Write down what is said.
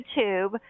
YouTube